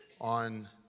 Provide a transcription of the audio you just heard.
on